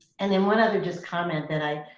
and then one other just comment that i,